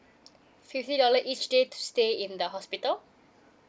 fifty dollar each day to stay in the hospital